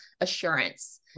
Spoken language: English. assurance